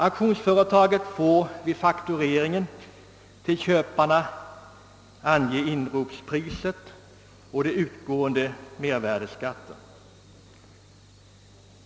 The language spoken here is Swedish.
Auktionsföretagen får vid fakturering till köparna på fakturan ange inropspriset och på detta utgående mervärdeskatt.